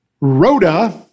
Rhoda